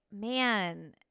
man